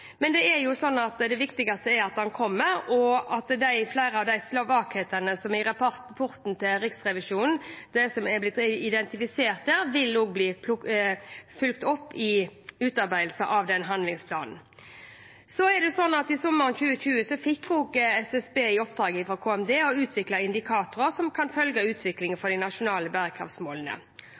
men det viktigste er at den kommer, og at flere av de svakhetene som rapporten fra Riksrevisjonen har identifisert, vil bli fulgt opp i utarbeidelsen av denne handlingsplanen. Sommeren 2020 fikk SSB i oppdrag fra KMD å utvikle indikatorer som kan følge utviklingen for de nasjonale bærekraftsmålene.